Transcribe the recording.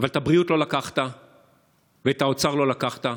אבל את הבריאות לא לקחת ואת האוצר לא לקחת.